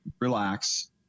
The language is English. relax